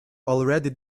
already